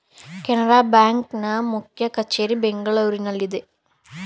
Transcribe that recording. Canara bank ನ ಮುಖ್ಯ ಕಚೇರಿ ಬೆಂಗಳೂರಿನಲ್ಲಿದೆ